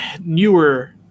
newer